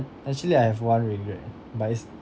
actually I have one regret but it's